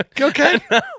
Okay